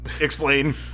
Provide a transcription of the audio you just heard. explain